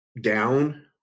down